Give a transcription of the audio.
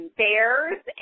bears